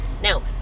Now